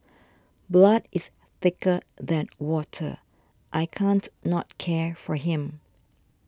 blood is thicker than water I can't not care for him